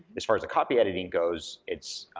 as far as the copy editing goes, it's,